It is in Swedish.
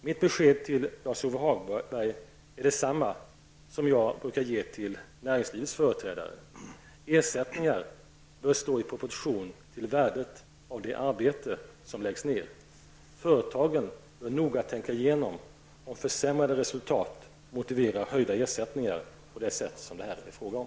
Mitt besked till Lars-Ove Hagberg är detsamma som jag brukar ge till näringslivets företrädare. Ersättningar bör stå i proportion till värdet av det arbete som läggs ned. Företagen bör noga tänka igenom om försämrade resultat motiverar höjda ersättningar på det sätt som det här är fråga om.